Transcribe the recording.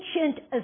ancient